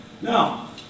Now